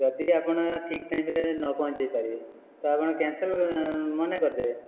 ଯଦି ଆପଣ ଠିକ୍ ଟାଇମ୍ରେ ନ ପହଞ୍ଚାଇ ପାରିବେ ତ ଆପଣ କ୍ୟାନସଲ୍ ମନା କରିଦେବେ